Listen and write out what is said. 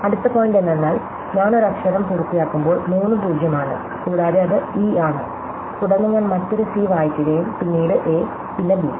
അടുത്ത പോയിന്റ് എന്തെന്നാൽ ഞാൻ ഒരു അക്ഷരം പൂർത്തിയാക്കുമ്പോൾ മൂന്ന് 0 ആണ് കൂടാതെ അത് ഇ ആണ് തുടർന്ന് ഞാൻ മറ്റൊരു സി വായിക്കുകയും പിന്നീട് എ പിന്നെ ബി